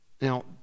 Now